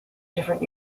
different